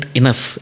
enough